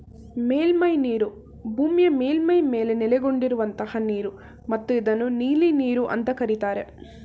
ಮೇಲ್ಮೈನೀರು ಭೂಮಿಯ ಮೇಲ್ಮೈ ಮೇಲೆ ನೆಲೆಗೊಂಡಿರುವಂತಹ ನೀರು ಮತ್ತು ಇದನ್ನು ನೀಲಿನೀರು ಅಂತ ಕರೀತಾರೆ